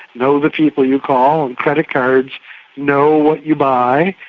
know the people you call. credit cards know what you buy.